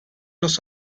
los